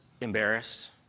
embarrassed